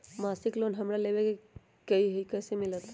मासिक लोन हमरा लेवे के हई कैसे मिलत?